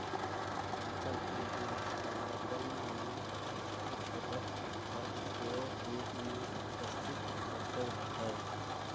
अचल पूंजी उत्पादन में अप्रत्यक्ष खर्च के रूप में उपस्थित होइत हइ